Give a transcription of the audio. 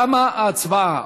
תמה ההצבעה.